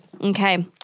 Okay